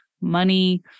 money